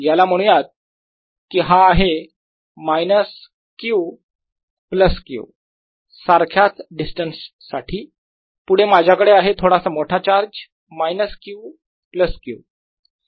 याला म्हणूयात की हा आहे मायनस q प्लस q सारख्याच डिस्टन्स साठी पुढे माझ्याकडे आहे थोडासा मोठा charge minus q plus q